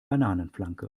bananenflanke